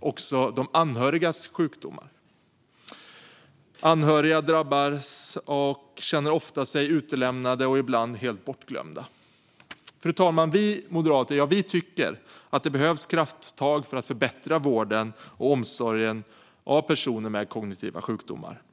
också de anhörigas sjukdomar. Anhöriga känner sig ofta utelämnande och ibland helt bortglömda. Fru talman! Vi moderater tycker att det behövs krafttag för att förbättra vården och omsorgen för personer med kognitiva sjukdomar.